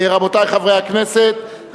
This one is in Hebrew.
רבותי חברי הכנסת,